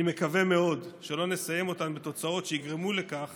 אני מקווה מאוד שלא נסיים אותן בתוצאות שיגרמו לכך